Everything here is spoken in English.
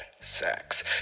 sex